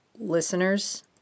listeners